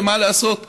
ומה לעשות,